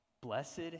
Blessed